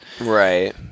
Right